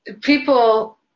people